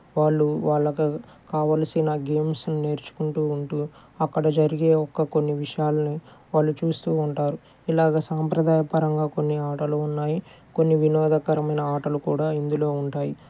వాళ్ళు వాళ్ళకి కావలసిన గేమ్స్ని నేర్చుకుంటూ ఉంటూ అక్కడ జరిగే ఒక్క కొన్ని విషయాలని వాళ్ళు చూస్తూ ఉంటారు ఇలాగ సాంప్రదాయపరంగా కొన్ని ఆటలు ఉన్నాయి కొన్ని వినోదనకరమైన ఆటలు కూడా ఇందులో ఉంటాయి